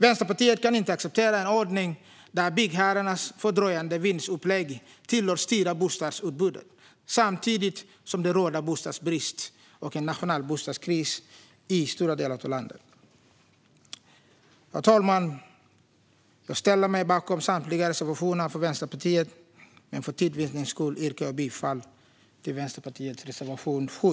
Vänsterpartiet kan inte acceptera en ordning där byggherrarnas fördröjande vinstupplägg tillåts styra bostadsutbudet samtidigt som Sverige har en nationell bostadskris och det råder bostadsbrist i stora delar av landet. Herr talman! Jag ställer mig bakom samtliga reservationer från Vänsterpartiet, men för tids vinnande yrkar jag bifall bara till reservation 7.